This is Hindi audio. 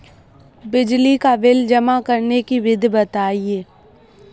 बिजली का बिल जमा करने की विधि बताइए?